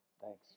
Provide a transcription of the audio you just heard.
Thanks